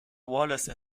wallace